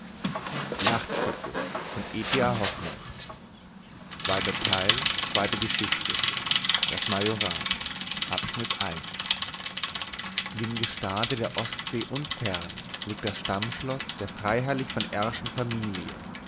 dem gestade der ostsee unfern liegt das stammschloß der freiherrlich von r schen familie